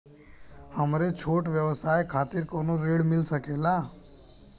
हमरे छोट व्यवसाय खातिर कौनो ऋण मिल सकेला?